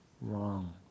wrong